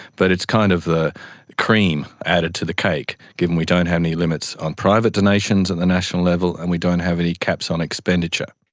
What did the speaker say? but it's kind of the cream added to the cake given we don't have any limits on private donations at and the national level and we don't have any caps on expenditure.